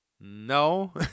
No